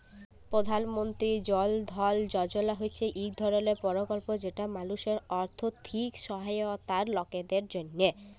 পধাল মলতিরি জল ধল যজলা হছে ইক ধরলের পরকল্প যেট মালুসের আথ্থিক সহায়তার লকদের জ্যনহে